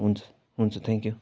हुन्छ हुन्छ थ्याङ्कयु